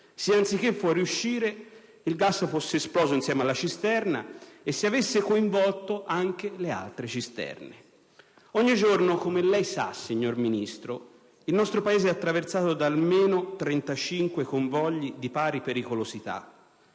se, anziché fuoriuscire, il gas fosse esploso insieme alla cisterna e se avesse coinvolto anche le altre cisterne. Ogni giorno, come lei sa, signor Ministro, il nostro Paese è attraversato da almeno 35 convogli di pari pericolosità.